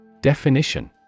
Definition